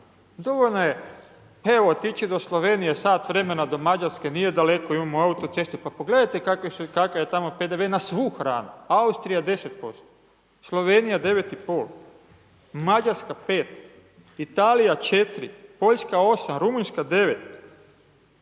Dovoljno je evo, otići do Slovenije, sat vremena do Mađarske, nije daleko, imamo autocestu, pa pogledajte kakav je tamo PDV na svu hranu, Austrija 10%, Slovenija 9,5, Mađarska 5, Italija 4, Poljska 8, Rumunjska 9,